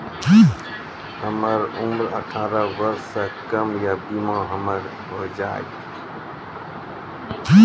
हमर उम्र अठारह वर्ष से कम या बीमा हमर हो जायत?